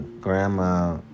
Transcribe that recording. grandma